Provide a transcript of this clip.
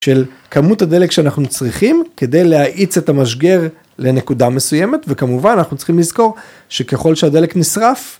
של כמות הדלק שאנחנו צריכים כדי להאיץ את המשגר לנקודה מסוימת וכמובן אנחנו צריכים לזכור שככל שהדלק נשרף